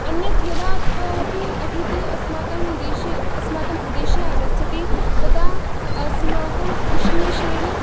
अन्यत् यदा कः अपि अतिथिः अस्माकं देशे अस्माकं प्रदेशे आगच्छति तदा अस्माकम् उष्णीषेण